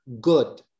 good